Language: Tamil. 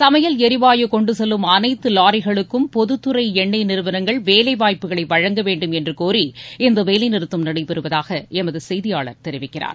சமையல் எரிவாயு கொண்டு செல்லும் அனைத்து லாரிகளுக்கும் பொதுத்துறை எண்ணெய் நிறுவனங்கள் வேலை வாய்ப்புகளை வழங்க வேண்டும் என்று கோரி இந்த வேலைநிறுத்தம் நடைபெறுவதாக எமது செய்தியாளர் தெரிவிக்கிறார்